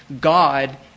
God